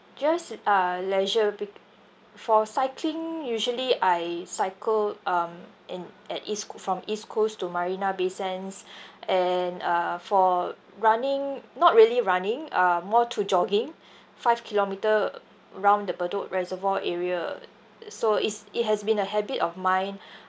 just uh leisure bic~ for cycling usually I cycle um in at east co~ from east coast to marina bay sands and uh for running not really running um more to jogging five kilometre uh around the bedok reservoir area so is it has been a habit of mine